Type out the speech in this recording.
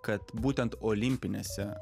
kad būtent olimpinėse